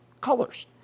colors